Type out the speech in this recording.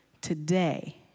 today